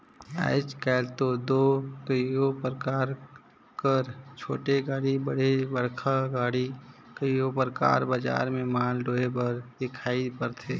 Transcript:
आएज काएल दो कइयो परकार कर छोटे गाड़ी चहे बड़खा गाड़ी कइयो परकार बजार में माल डोहे बर दिखई परथे